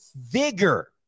vigor